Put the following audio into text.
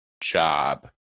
job